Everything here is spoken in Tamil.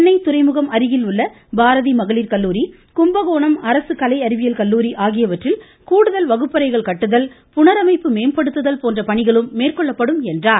சென்னை துறைமுகம் அருகில் உள்ள பாரதி மகளிர் கல்லூரி கும்பகோணம் அரசு கலை அறிவியல் கல்லூரி ஆகியவற்றில் கூடுதல் வகுப்பறைகள் கட்டுதல் புனரமைப்பு மேம்படுத்துதல் போன்ற பணிகள் மேற்கொள்ளப்படும் என்றார்